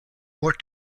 more